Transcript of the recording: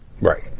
Right